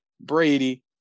Brady